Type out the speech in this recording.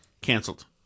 canceled